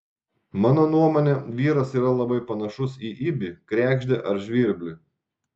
mano nuomone vyras yra labai panašus į ibį kregždę ar žvirblį